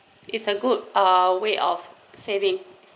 it's a good uh way of saving